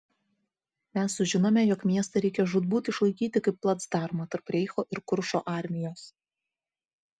mes sužinome jog miestą reikia žūtbūt išlaikyti kaip placdarmą tarp reicho ir kuršo armijos